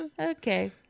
Okay